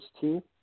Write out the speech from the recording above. two